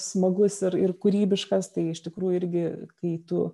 smagus ir ir kūrybiškas tai iš tikrųjų irgi kai tu